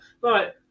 right